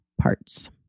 parts